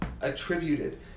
attributed